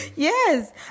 Yes